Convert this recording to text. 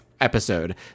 episode